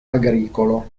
agricolo